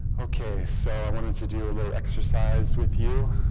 okay so i wanted to do a exercise with you